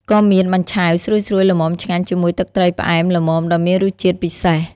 ក៏មាន បាញ់ឆែវ ស្រួយៗល្មមឆ្ងាញ់ជាមួយទឹកត្រីផ្អែមល្មមដ៏មានរសជាតិពិសេស។